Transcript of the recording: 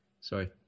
Sorry